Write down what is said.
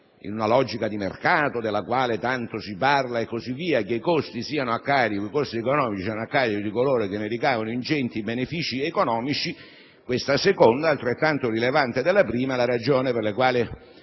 in una logica di mercato della quale tanto si parla, che i costi economici siano a carico di coloro che ne ricavano ingenti benefici economici. Questa seconda, altrettanto rilevante della prima, è la ragione per la quale